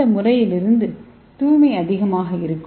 இந்த முறையிலிருந்து தூய்மை அதிகமாக இருக்கும்